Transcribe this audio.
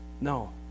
No